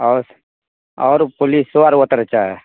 आओर आओर पुलिसो आरो ओतऽ रहै छै